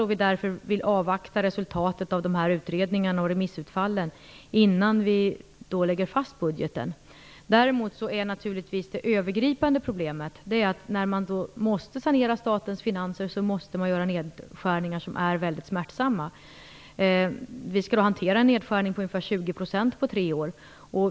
Vi vill därför avvakta resultatet av utredningarna och remissutfallen innan vi lägger fast budgeten. Däremot är naturligtvis det övergripande problemet att man måste göra nedskärningar som är väldigt smärtsamma när man måste sanera statens finanser. Vi skall hantera en nedskärning på ca 20 % på tre år.